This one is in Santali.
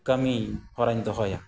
ᱠᱟᱹᱢᱤᱦᱚᱨᱟᱧ ᱫᱚᱦᱚᱭᱟ